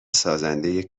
سازنده